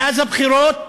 מאז הבחירות,